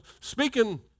speaking